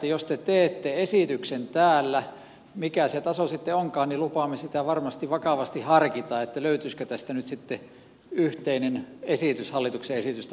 jos te teette esityksen täällä mikä se taso sitten onkaan niin lupaamme sitä varmasti vakavasti harkita löytyisikö tästä nyt yhteinen esitys hallituksen esitystä vastaan